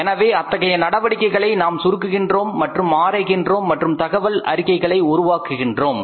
எனவே அத்தகைய நடவடிக்கைகளை நாம் சுருக்குகின்றோம் மற்றும் ஆராய்கிறோம் மற்றும் தகவல் அறிக்கைகளை உருவாக்குகின்றோம்